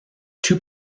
two